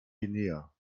guinea